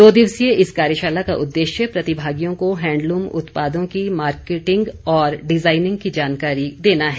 दो दिवसीय इस कार्यशाला का उदेश्य प्रतिभागिओं को हैंडलूम उत्पादों की मार्केटिंग और डिजाईनिंग की जानकारी देना है